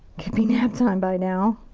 could be nap time by now.